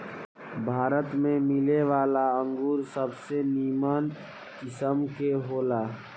भारत में मिलेवाला अंगूर सबसे निमन किस्म के होला